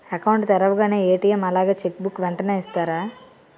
Account తెరవగానే ATM అలాగే cheque book వెంటనే ఇస్తారా?